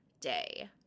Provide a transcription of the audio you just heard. Day